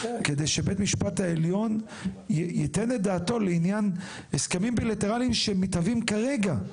כדי שבית המשפט ייתן את דעתו לעניין הסכמים בילטרליים שמתהווים כרגע.